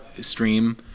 stream